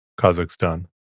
Kazakhstan